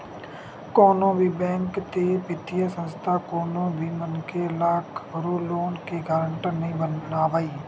कोनो भी बेंक ते बित्तीय संस्था कोनो भी मनखे ल कखरो लोन के गारंटर नइ बनावय